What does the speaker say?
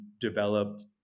developed